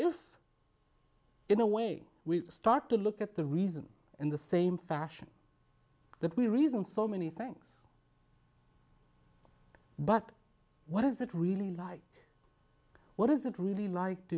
if in a way we start to look at the reason in the same fashion that we reason so many things but what is it really like what is it really like